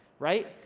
right?